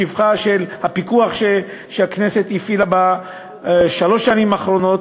לשבחו של הפיקוח שהכנסת הפעילה בשלוש השנים האחרונות,